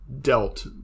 dealt